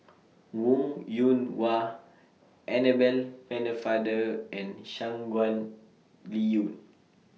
Wong Yoon Wah Annabel Pennefather and Shangguan Liuyun